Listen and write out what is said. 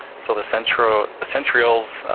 so the centrioles the centrioles